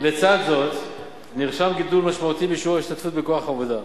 לצד זאת נרשם גידול משמעותי בשיעור ההשתתפות בכוח העבודה.